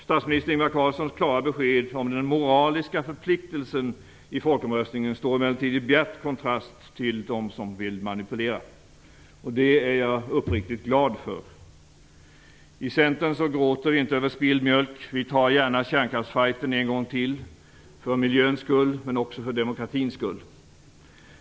Statsministern Ingvar Carlssons klara besked om den moraliska förpliktelsen i folkomröstningen står emellertid i bjärt kontrast till dem som vill manipulera. Det är jag uppriktigt glad för. I Centern gråter vi inte över spilld mjölk. Vi tar gärna kärnkraftsfajten en gång till, för miljöns skull men också för demokratins skull.